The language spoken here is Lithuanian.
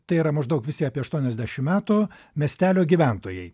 tai yra maždaug visi apie aštuoniasdešimt metų miestelio gyventojai